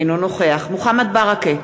אינו נוכח מוחמד ברכה,